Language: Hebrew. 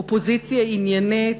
אופוזיציה עניינית,